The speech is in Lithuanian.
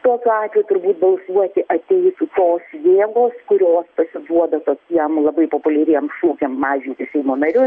tokiu atveju turbūt balsuoti ateitų tos jėgos kurios pasiduoda tokiem labai populiariem šūkiam mažinti seimo nariu